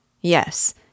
Yes